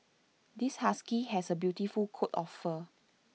this husky has A beautiful coat of fur